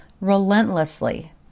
relentlessly